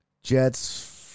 Jets